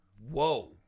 whoa